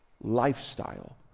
lifestyle